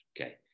okay